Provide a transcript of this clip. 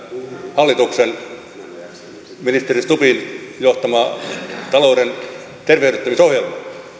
hallituksen ja ministeri stubbin johtamaa talouden tervehdyttämisohjelmaa